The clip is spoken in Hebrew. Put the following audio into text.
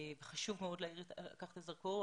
חשוב מאוד להאיר על כך את הזרקור.